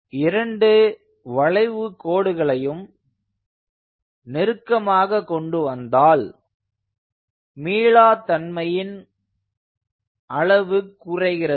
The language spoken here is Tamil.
இந்த இரண்டு வளைவு கோடுகளையும் நெருக்கமாக கொண்டு வந்தால் மீளா தன்மையின் அளவு குறைகிறது